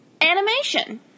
animation